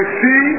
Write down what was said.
see